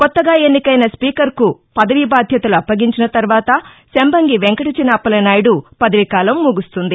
కొత్తగా ఎన్నికైన స్పీకర్కు పదవీ బాధ్యతలు అప్పగించిన తర్వాత శంబంగి వెంకటచిన అప్పలనాయుడు పదవీకాలం ముగుస్తుంది